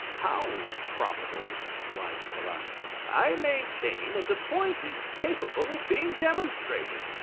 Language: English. how, probable? replied the philosopher. i maintain that the point is capable of being demonstrated.